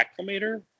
Acclimator